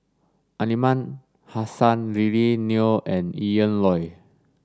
Aliman Hassan Lily Neo and Ian Loy